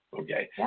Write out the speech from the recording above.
Okay